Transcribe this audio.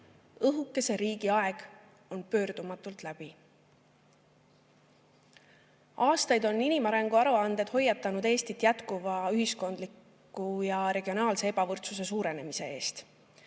Õhukese riigi aeg on pöördumatult läbi. Aastaid on inimarengu aruanded hoiatanud Eestit jätkuva ühiskondliku ja regionaalse ebavõrdsuse suurenemise eest.